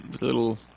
little